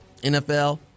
NFL